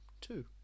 Two